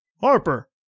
Harper